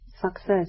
success